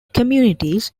communities